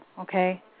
okay